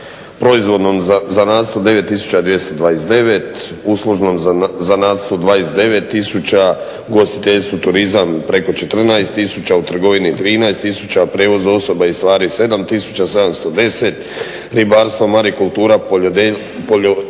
proizvodnom zanatstvu 9 229, uslužnom zanatstvu 29 tisuća, u ugostiteljstvu turizam preko 14 tisuća, u trgovini 13 tisuća, prijevoz osoba i stvari 7 710, ribarstvo, marikultura, poljodjelstvo